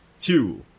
two